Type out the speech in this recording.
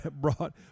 brought